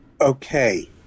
Okay